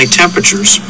temperatures